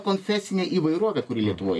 konfesinė įvairovė kuri lietuvoj